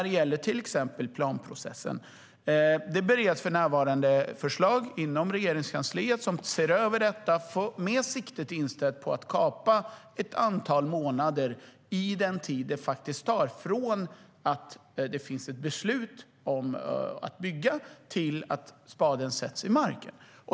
Det gäller till exempel planprocessen. Det bereds för närvarande förslag inom Regeringskansliet, som ser över detta med siktet inställt på att kapa ett antal månader i den tid som det tar från att det finns ett beslut om att bygga till att spaden sätts i marken.